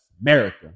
America